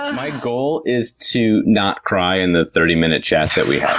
ah my goal is to not cry in the thirty minute chat that we